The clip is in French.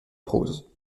prose